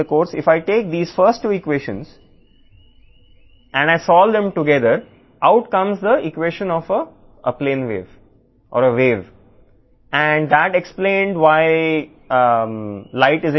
కాబట్టి ఈ మొదటి రెండు ఈక్వేషన్లను మనం తీసుకున్నట్లయితే తర్వాత వాటిని మళ్లీ చేస్తాము మరియు మనం వాటిని ప్లేన్ వేవ్ లేదా తరంగ ఈక్వేషన్ల ఫలితాలను పరిష్కరిస్తాము